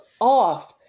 off